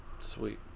Sweet